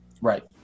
Right